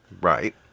Right